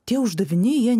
tie uždaviniai jie